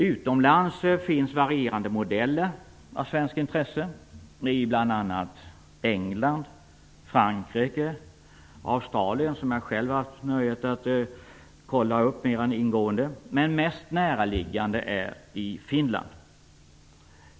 Utomlands finns varierande modeller av svenskt intresse i bl.a. England, Frankrike och Australien, som jag själv har haft nöjet att få kolla upp mera ingående. Det mest näraliggande är dock Finland.